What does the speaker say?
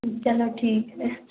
चलो ठीक है